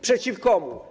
Przeciw komu?